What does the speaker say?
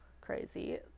crazy